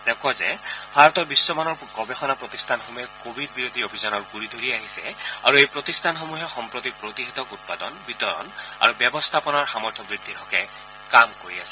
তেওঁ কয় যে ভাৰতৰ বিখ্মানৰ গৱেষণা প্ৰতিষ্ঠানসমূহে কোৱিড বিৰোধী অভিযানৰ গুৰি ধৰি আহিছে আৰু এই প্ৰতিষ্ঠানসমূহে সম্প্ৰতি প্ৰতিষেধক উৎপাদন বিতৰণ আৰু ব্যৱস্থাপনাৰ সামৰ্থ বৃদ্ধিৰ হকে কাম কৰি আছে